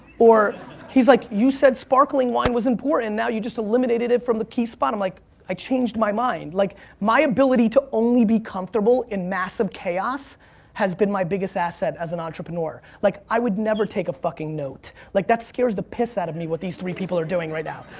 he's like, you said sparkling wine was important and now you just eliminated it from the key spot. i'm like i changed my mind. like my ability to only be comfortable in massive chaos has been my biggest asset as an entrepreneur. like i would never take a fucking note. like that scares the piss out of me what these three people are doing right now,